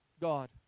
God